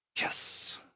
Yes